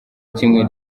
kimwe